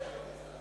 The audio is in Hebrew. בטח במכסה.